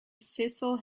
cecil